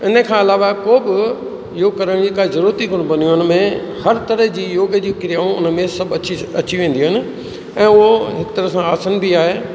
इन खां अलावा को बि योग करण जी का ज़रूरत ई कोन पवंदी आहे उनमें हर तरह जी योग जी क्रियाऊं उनमें सभु अची श अची वेंदियूं आहिनि ऐं उहो हिकु तरफ़ा आसन बि आहे